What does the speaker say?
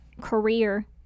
career